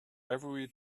every